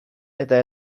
eta